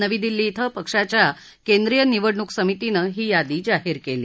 नवी दिल्ली धिं पक्षाच्या केंद्रीय निवडणूक समितीनं ही यादी जाहीर केली